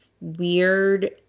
weird